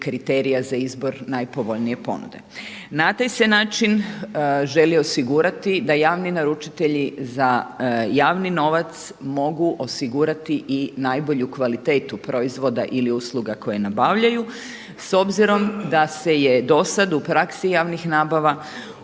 za izbor najpovoljnije ponude. Na taj se način želi osigurati da javni naručitelji za javni novac mogu osigurati i najbolju kvalitetu proizvoda ili usluga koje nabavljaju s obzirom da se je do sad u praksi javnih nabava